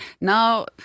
now